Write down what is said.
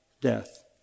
death